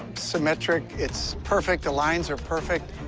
symmetric. it's perfect. the lines are perfect.